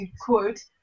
quote